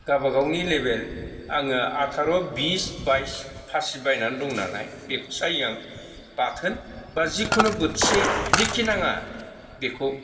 गाबागावनि लेबेल आङो आथार' बिस बाइस फासि बायननै दङ नालाय बेखौ सायो आं बाथोन बा जिखुनु बोथिसे जिखि नाङा बेखौ